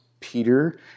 Peter